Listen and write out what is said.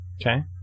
Okay